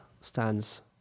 stands